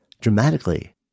dramatically